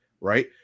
right